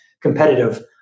competitive